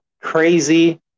crazy